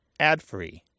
adfree